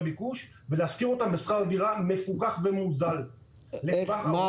ביקוש ולהשכיר אותן בשכר דירה מפוקח ומוזל לטווח ארוך.